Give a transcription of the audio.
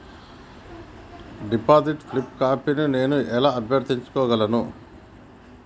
Deposit slip కాపీని నేను ఎలా అభ్యర్థించగలను?